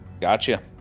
Gotcha